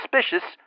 suspicious